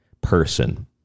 person